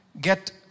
get